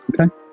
okay